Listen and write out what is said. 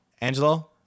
Angelo